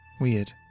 Weird